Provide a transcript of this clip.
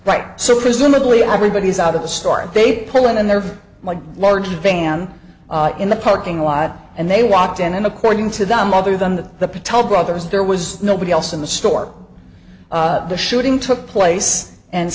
right so presumably everybody is out of the store they pull in and they're like large van in the parking lot and they walked in and according to them other than the the patel brothers there was nobody else in the store the shooting took place and